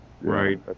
right